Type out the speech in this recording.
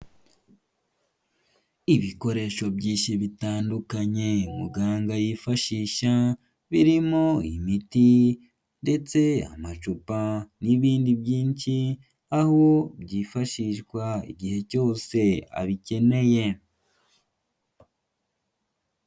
Ibikoresho byinshi bitandukanye muganga yifashisha, birimo imiti ndetse amacupa n'ibindi byinshi, aho byifashishwa igihe cyose abikeneye.